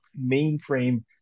mainframe